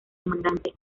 demandante